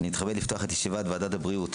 אני מתכבד לפתוח את ישיבת ועדת הבריאות,